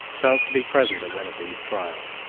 chanced to be present at one of these trials.